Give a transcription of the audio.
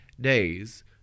days